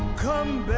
come